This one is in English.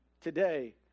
today